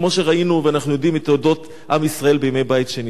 כמו שראינו ואנחנו יודעים מתולדות עם ישראל בימי בית שני.